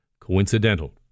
coincidental